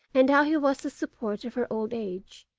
and how he was the support of her old age,